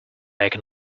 back